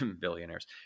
billionaires